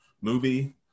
movie